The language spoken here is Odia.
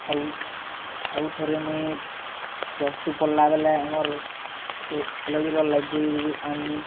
ଆଉ ଆଉ ଥରେ ମୁଇଁ ପ୍ଲସ୍ ଟୁ ପଢ଼୍ଲାବେଲେ ଆମର୍ କଲେଜ୍ର ଲାଇବ୍ରେରିରୁ ଆନ୍ନି